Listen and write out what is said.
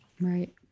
Right